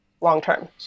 long-term